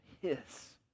hiss